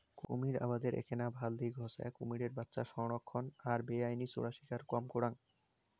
কুমীর আবাদের এ্যাকনা ভাল দিক হসে কুমীরের বাচ্চা সংরক্ষণ আর বেআইনি চোরাশিকার কম করাং